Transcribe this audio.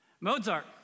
Mozart